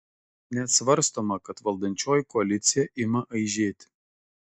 net svarstoma kad valdančioji koalicija ima aižėti